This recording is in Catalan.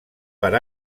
per